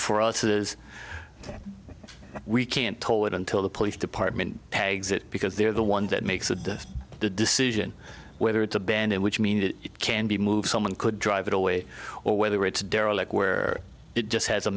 for us is that we can't toll it until the police department exit because they're the one that makes that decision whether it's a band in which means it can be moved someone could drive it away or whether it's derelict where it just has a